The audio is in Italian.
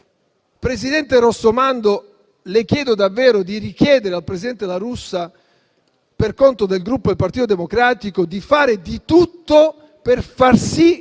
Presidente Rossomando, le chiedo davvero di richiedere al presidente La Russa, per conto del Gruppo Partito Democratico, di fare di tutto per far sì che